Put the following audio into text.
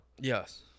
Yes